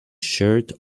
shirt